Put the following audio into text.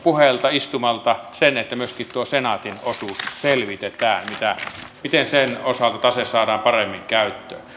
istumalta sen että myöskin tuo senaatin osuus selvitetään se miten sen osalta tase saadaan paremmin käyttöön